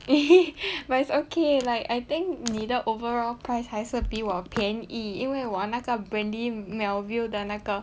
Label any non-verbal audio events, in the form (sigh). (laughs) but it's okay like I think 你的 overall price 还是比我便宜因为我那个 brandy melville 的那个